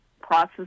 process